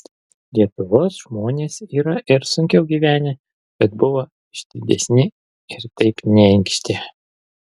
lietuvos žmonės yra ir sunkiau gyvenę bet buvo išdidesni ir taip neinkštė